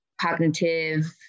cognitive